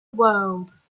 world